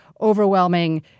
overwhelming